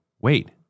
Wait